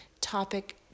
topic